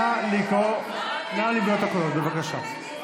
נא למנות את הקולות, בבקשה.